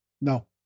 No